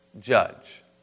judge